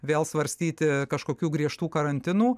vėl svarstyti kažkokių griežtų karantinų